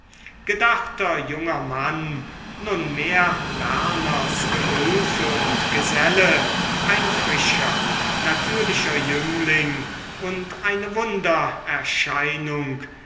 gedachter junger mann nunmehr werners gehülfe und geselle ein frischer natürlicher jüngling und eine